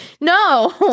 no